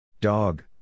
Dog